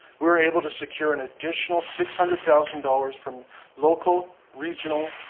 we were able to secure an additional six hundred thousand dollars from local, regional,